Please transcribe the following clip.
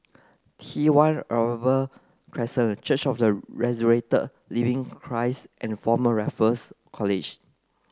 T one Crescent Church of the Resurrected Living Christ and Former Raffles College